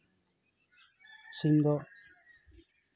ᱥᱤᱢ ᱫᱚ